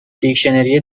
دیکشنری